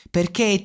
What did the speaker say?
Perché